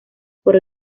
por